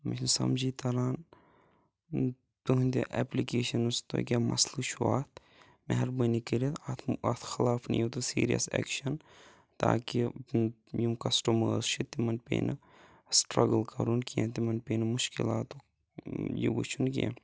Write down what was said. مےٚ چھُنہٕ سَمجی تَران تُہِنٛدٕ ایٚپلِکیشَنَس تۄہہِ کیاہ مَسلہٕ چھُو اَتھ مہربٲنی کٔرِتھ اَتھ خلاف نیِو تُہۍ سیٖریَس ایٚکشَن تاکہِ یِم کَسٹَمرس چھِ تِمَن پیٚیہِ نہٕ سٹرگٕل کَرُن کینٛہہ تِمَن پیٚیہِ نہٕ مُشکِلاتُک یہِ وٕچھُن کینٛہہ